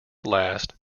last